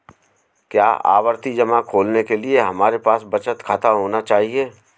क्या आवर्ती जमा खोलने के लिए हमारे पास बचत खाता होना चाहिए?